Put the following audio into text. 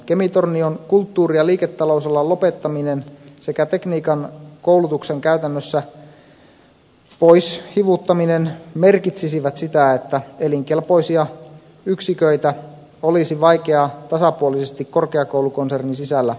kemi tornion kulttuuri ja liiketalousalan lopettaminen sekä tekniikan koulutuksen käytännössä poishivuttaminen merkitsisivät sitä että elinkelpoisia yksiköitä olisi vaikea kehittää tasapuolisesti korkeakoulukonsernin sisällä